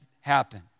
happen